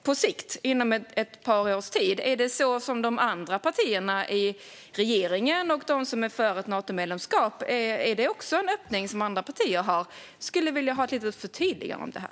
Är det en öppning som delas av de andra partierna i regeringen och de partier som är för ett Natomedlemskap? Jag skulle vilja ha ett litet förtydligande där.